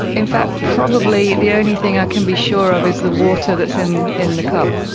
in fact probably the only thing i can be sure of is the water that's in in the cup.